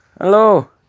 Hello